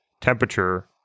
temperature